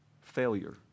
failure